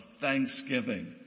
thanksgiving